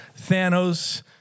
Thanos